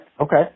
Okay